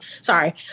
sorry